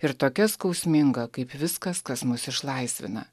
ir tokia skausminga kaip viskas kas mus išlaisvina